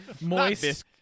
Moist